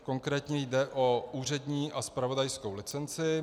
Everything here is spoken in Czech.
Konkrétně jde o úřední a zpravodajskou licenci.